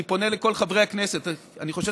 אני פונה לכל חברי הכנסת: אני חושב